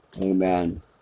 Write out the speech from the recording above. Amen